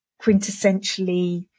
quintessentially